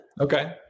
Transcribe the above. Okay